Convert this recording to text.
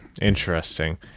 interesting